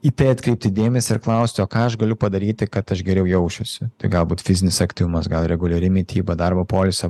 į tai atkreipti dėmesį ir klausti o ką aš galiu padaryti kad aš geriau jaučiausi galbūt fizinis aktyvumas gal reguliari mityba darbo poilsio